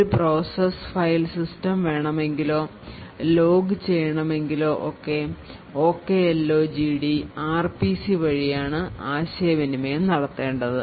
ഒരു process file system വേണമെങ്കിലോ log ചെയ്യണമെങ്കിലോ ഒക്കെ OKLOGD RPCവഴിയാണ് ആശയവിനിമയം നടത്തേണ്ടത്